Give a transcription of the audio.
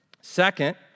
Second